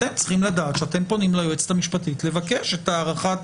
אתם צריכים לדעת שאתם פונים ליועצת המשפטית לבקש את הארכת